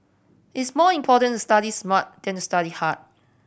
it is more important to study smart than to study hard